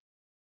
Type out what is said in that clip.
professor